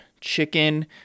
chicken